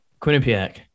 Quinnipiac